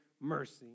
mercy